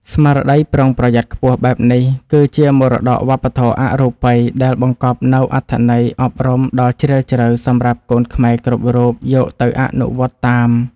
ស្មារតីប្រុងប្រយ័ត្នខ្ពស់បែបនេះ គឺជាមរតកវប្បធម៌អរូបីដែលបង្កប់នូវអត្ថន័យអប់រំដ៏ជ្រាលជ្រៅសម្រាប់កូនខ្មែរគ្រប់រូបយកទៅអនុវត្តតាម។